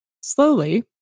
Slowly